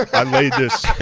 i laid this,